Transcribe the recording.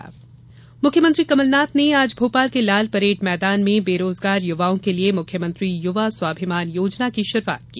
युवा स्वाभिमान योजना मुख्यमंत्री कमलनाथ ने आज भोपाल के लाल परेड मैदान में बेरोजगार युवाओं के लिये मुख्यमंत्री युवा स्वाभिमान योजना की शुरूआत की